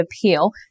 Appeal